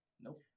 Nope